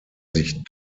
sich